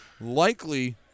likely